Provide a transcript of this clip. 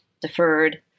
deferred